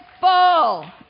Full